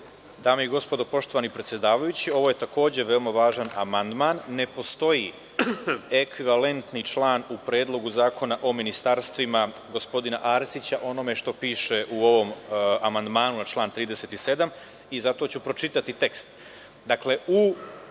Dame i gospodo, poštovani predsedavajući, ovo je takođe veoma važan amandman. Ne postoji ekvikvalentni član u Predlogu zakona o ministarstvima gospodina Arsića, o onome što piše u ovom amandmanu na član 37. i zato ću pročitati tekst. Dakle,